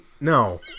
no